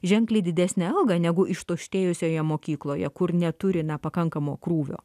ženkliai didesnę algą negu ištuštėjusioje mokykloje kur neturi pakankamo krūvio